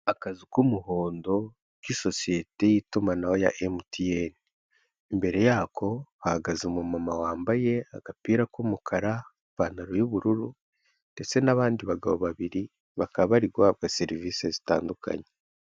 Akazu k'umuhondo k'isosiyete y'itumanaho ya emutiyeni, imbere yako hahagaze umu mama wambaye agapira k'umukara, ipantaro y'ubururu, ndetse n'abandi bagabo babiri bakaba bari guhabwa serivisi zitandukanye.